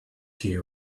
tea